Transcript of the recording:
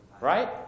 Right